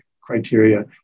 criteria